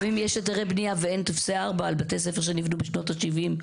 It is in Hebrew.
גם אם יש היתרי בנייה ואין טופסי 4 על בתי ספר שנבנו בשנות השבעים,